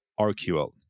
RQL